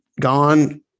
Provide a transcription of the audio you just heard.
gone